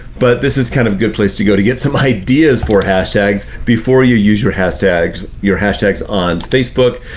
but this is a kind of good place to go to get some ideas for hashtags before you use your hashtags your hashtags on facebook,